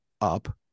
up